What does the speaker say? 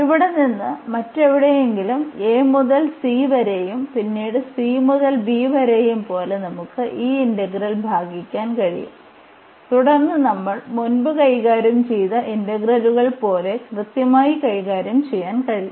ഇവിടെ നിന്ന് മറ്റെവിടെയെങ്കിലും a മുതൽ c വരെയും പിന്നീട് c മുതൽ b വരെയും പോലെ നമുക്ക് ഈ ഇന്റഗ്രൽ ഭാഗിക്കാൻ കഴിയും തുടർന്ന് നമ്മൾ മുമ്പ് കൈകാര്യം ചെയ്ത ഇന്റഗ്രലുകൾ പോലെ കൃത്യമായി കൈകാര്യം ചെയ്യാൻ കഴിയും